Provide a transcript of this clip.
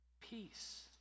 Peace